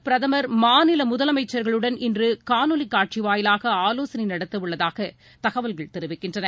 பிரதமர் மாநில முதலமைச்சர்களுடன் இன்று காணொலிக் காட்சி வாயிலாக ஆலோசனை நடத்தவுள்ளதாக தகவல்கள் தெரிவிக்கின்றன